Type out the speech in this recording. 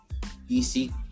DC